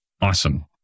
awesome